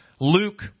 Luke